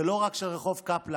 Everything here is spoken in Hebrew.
זה לא רק של רחוב קפלן,